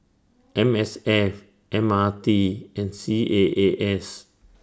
M S F M R T and C A A S